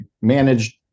managed